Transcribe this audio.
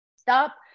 stop